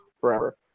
forever